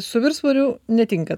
su viršsvoriu netinka